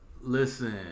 Listen